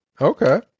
Okay